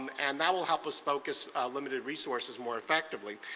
and that will help us focus limited resources more effectively.